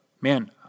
Man